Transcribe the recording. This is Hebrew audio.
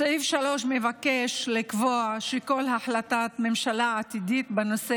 סעיף 3 מבקש לקבוע שכל החלטת ממשלה עתידית בנושא